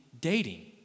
dating